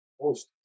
Post